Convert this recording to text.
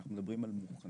אנחנו מדברים על מוכנות